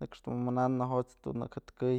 nëkxë jdun mananë nejotëch dun nëke jatkëy.